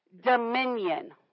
dominion